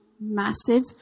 massive